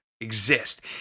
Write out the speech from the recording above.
exist